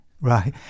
Right